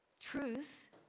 truth